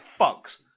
fucks